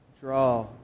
draw